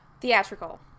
Theatrical